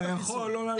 אין אפשרות לתמלל אותן).